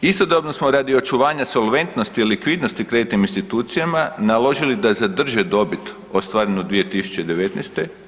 Istodobno smo radi očuvanja solventnosti i likvidnosti kreditnim institucijama naložili da zadrže dobit ostvaren u 2019.